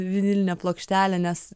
vinilinė plokštelė nes